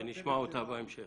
שנשמע אותה בהמשך.